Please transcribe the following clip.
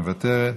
מוותרת,